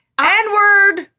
N-word